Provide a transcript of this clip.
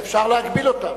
אפשר להגביל אותם.